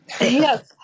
Yes